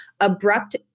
abrupt